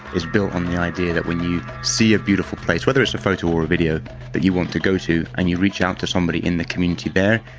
is built on the idea that when you see a beautiful place, whether it's a photo or a video that you want to go to, and you reach out to somebody in the community there,